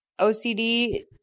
OCD